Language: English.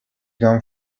gone